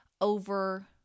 over